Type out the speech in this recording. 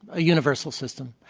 a universal system.